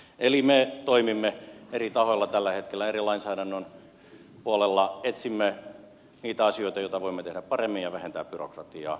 eli me toimimme eri tahoilla tällä hetkellä eri lainsäädännön puolilla etsimme niitä asioita joita voimme tehdä paremmin ja vähentää byrokratiaa